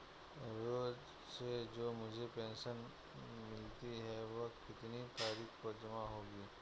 रोज़ से जो मुझे पेंशन मिलती है वह कितनी तारीख को जमा होगी?